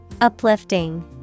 Uplifting